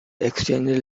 exchanged